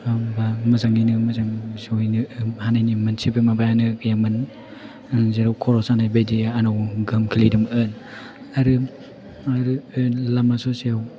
मोजाङैनो मोजां सहैनो हानायनि मोनसेबो माबायानो गैयामोन आं जेराव खर' सानाय बायदिया आंनाव गोहोम खोलैदोंमोन आरो लामा ससेयाव